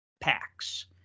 Packs